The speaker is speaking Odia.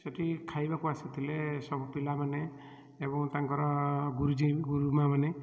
ସେଠି ଖାଇବାକୁ ଆସିଥିଲେ ସବୁ ପିଲାମାନେ ଏବଂ ତାଙ୍କର ଗୁରୁଜୀ ଗୁରୁମାମାନେ